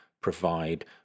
provide